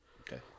okay